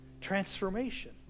Transformation